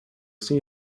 see